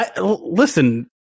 Listen